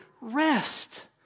rest